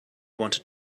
wanted